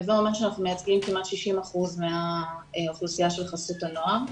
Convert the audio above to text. הווה אומר שאנחנו מייצגים כמעט 60% מהאוכלוסייה של חסות הנוער.